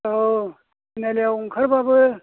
औ तिनआलियाव ओंखारबाबो